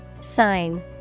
Sign